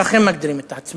כך הם מגדירים את עצמם.